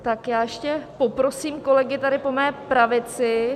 Tak já ještě poprosím kolegy tady po mé pravici.